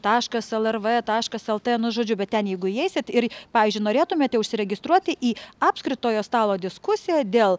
taškas lrv taškas lt nu žodžiu bet ten jeigu įeisite ir pavyzdžiui norėtumėte užsiregistruoti į apskritojo stalo diskusiją dėl